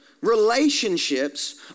relationships